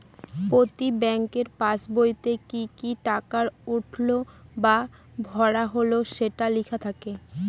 প্রতি ব্যাঙ্কের পাসবইতে কি কি টাকা উঠলো বা ভরা হল সেটা লেখা থাকে